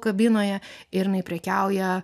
kabinoje ir jinai prekiauja